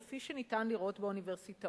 כפי שניתן לראות באוניברסיטאות,